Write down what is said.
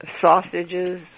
sausages